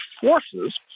forces